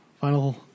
final